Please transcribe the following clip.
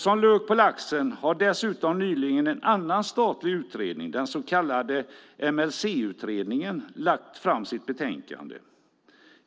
Som lök på laxen har dessutom en annan statlig utredning, den så kallade MLC-utredningen, nyligen lagt fram sitt betänkande.